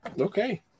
Okay